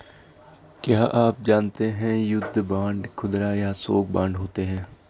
क्या आप जानते है युद्ध बांड खुदरा या थोक बांड होते है?